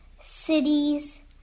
cities